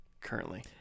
currently